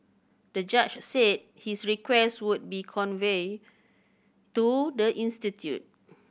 the judge said his request would be conveyed to the institute